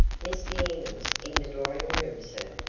miss d'enghien's in the drawing-room, sir.